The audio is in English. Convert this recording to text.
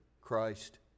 Christ